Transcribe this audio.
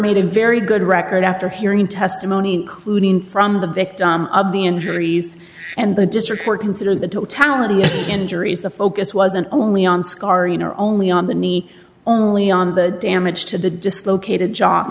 made a very good record after hearing testimony including from the victim of the injuries and the district court consider the totality of injuries the focus wasn't only on scarring or only on the knee only on the damage to the dislocated jo